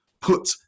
put